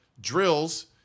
drills